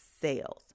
sales